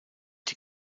die